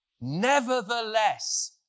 nevertheless